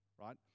right